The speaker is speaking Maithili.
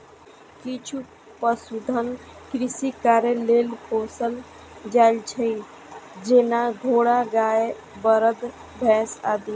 किछु पशुधन कृषि कार्य लेल पोसल जाइ छै, जेना घोड़ा, गाय, बरद, भैंस आदि